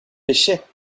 pêchaient